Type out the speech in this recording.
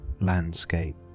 landscape